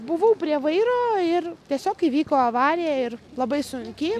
buvau prie vairo ir tiesiog įvyko avarija ir labai sunki